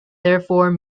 therefore